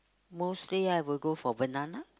mostly I will go for banana